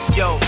yo